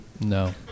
No